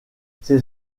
ses